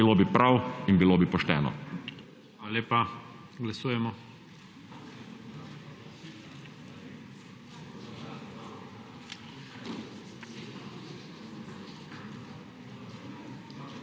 Bilo bi prav in bilo bi pošteno.